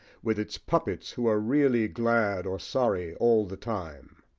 with its puppets who are really glad or sorry all the time?